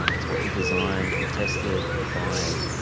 um it's what he designed, he tested, he fired,